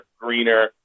greener